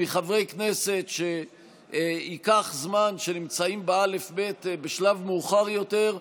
מחברי הכנסת שנמצאים לפי האל"ף-בי"ת בשלב מאוחר יותר,